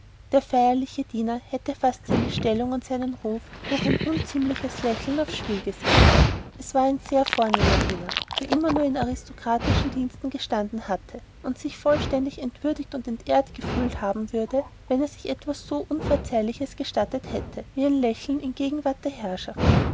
der feierliche diener hätte fast seine stellung und seinen ruf durch ein unziemliches lächeln aufs spiel gesetzt es war ein sehr vornehmer diener der immer nur in aristokratischen diensten gestanden hatte und sich vollständig entwürdigt und entehrt gefühlt haben würde wenn er sich etwas so unverzeihliches gestattet hätte wie ein lächeln in gegenwart der herrschaft